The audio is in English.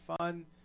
fun